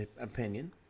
opinion